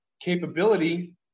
capability